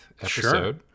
episode